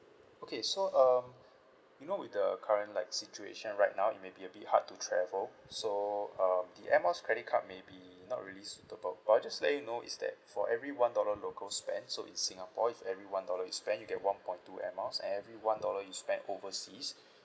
okay so um you know with the current like situation right now it may be a bit hard to travel so um the air miles credit card may be not really suitable but I'll just let you know is that for every one dollar local spend so in singapore with every one dollar you spend you get one point two air miles every one dollar you spend overseas